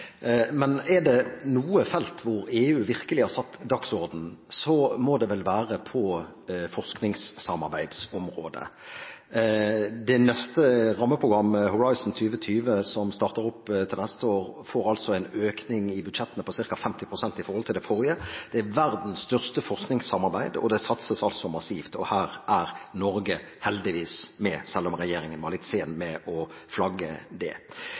men er det noe felt hvor EU virkelig har satt dagsordenen, må det vel være på forskningssamarbeidsområdet. Det neste rammeprogrammet, Horizon 2020, som starter opp til neste år, får en økning i budsjettene på ca. 50 pst. i forhold til det forrige. Det er verdens største forskningssamarbeid, og det satses altså massivt. Her er Norge heldigvis med, selv om regjeringen var litt sen med å flagge det.